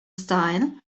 style